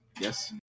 yes